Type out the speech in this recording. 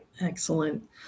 excellent